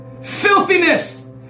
Filthiness